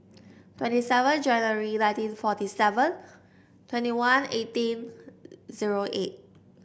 twenty seven January nineteen forty seven twenty one eighteen zero eight